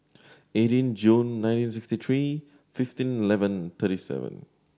eighteen June nine six tree fifteen eleven thirty seven